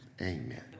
Amen